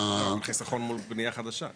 חיסכון מול בנייה חדשה גם.